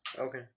Okay